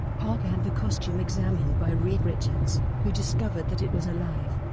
parker had the costume examined by reed richards, who discovered that it was alive,